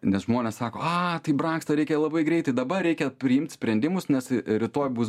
nes žmonės sako a tai brangsta reikia labai greitai dabar reikia priimt sprendimus nes rytoj bus